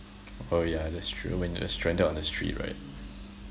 oh yeah that's true when you're stranded on the street right